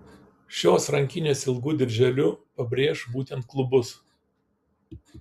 šios rankinės ilgu dirželiu pabrėš būtent klubus